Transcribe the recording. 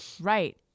Right